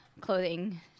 clothing